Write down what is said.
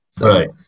Right